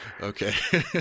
Okay